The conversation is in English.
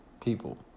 people